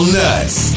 nuts